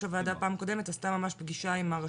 הוועדה בפעם הקודמת עשתה ממש פגישה עם הרשות.